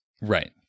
Right